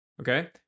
okay